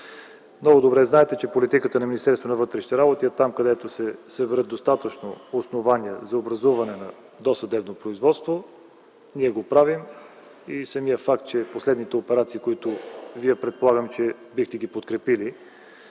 на вътрешните работи е там, където се съберат достатъчно основания за образуване на досъдебно производство, ние го правим. Самият факт, че последните операции, които предполагам, че бихте подкрепили,